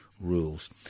rules